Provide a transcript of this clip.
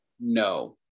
No